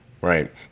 Right